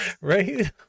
right